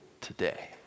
today